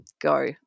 go